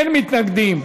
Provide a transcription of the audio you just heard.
אין מתנגדים,